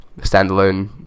standalone